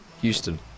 Houston